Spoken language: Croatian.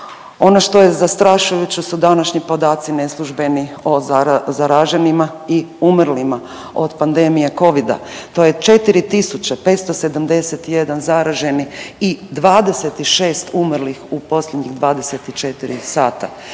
Ono što je zastrašujuće su današnji podaci neslužbeni o zaraženima i umrlima od pandemije Covida. To je 4.571 zareženi i 26 umrlih u posljednjih 24 sata.